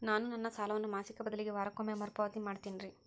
ನಾನು ನನ್ನ ಸಾಲವನ್ನು ಮಾಸಿಕ ಬದಲಿಗೆ ವಾರಕ್ಕೊಮ್ಮೆ ಮರುಪಾವತಿ ಮಾಡ್ತಿನ್ರಿ